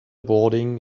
boarding